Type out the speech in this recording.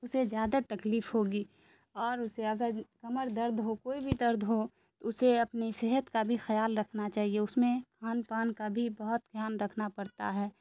اسے زیادہ تکلیف ہوگی اور اسے اگر کمر درد ہو کوئی بھی درد ہو اسے اپنی صحت کا بھی خیال رکھنا چاہیے اس میں کھان پان کا بھی بہت دھیان رکھنا پڑتا ہے